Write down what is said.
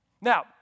Now